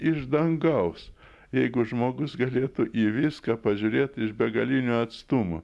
iš dangaus jeigu žmogus galėtų į viską pažiūrėti iš begalinio atstumo